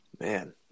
Man